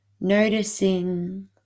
noticing